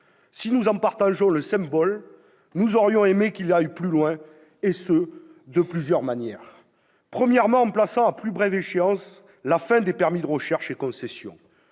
Si nous adhérons au symbole, nous aurions aimé qu'il aille plus loin, et ce de plusieurs manières. Tout d'abord, en plaçant à plus brève échéance la fin des permis de recherche et concession.